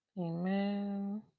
Amen